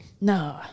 No